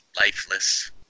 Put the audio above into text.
lifeless